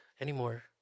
anymore